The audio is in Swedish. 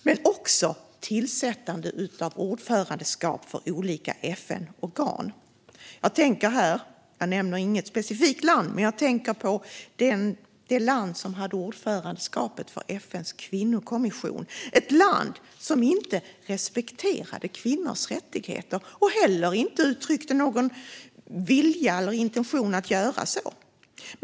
Det handlar också om tillsättande av ordförandeskap för olika FN-organ. Jag nämner inget specifikt land, men jag tänker på det land som innehade ordförandeskapet i FN:s kvinnokommission - ett land som inte respekterade kvinnors rättigheter och heller inte uttryckte någon vilja eller intention att göra så.